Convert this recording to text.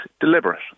deliberate